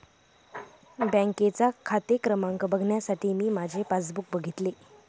बँकेचा खाते क्रमांक बघण्यासाठी मी माझे पासबुक बघितले